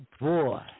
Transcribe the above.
boy